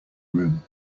room